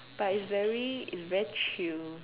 but it's very it's very chill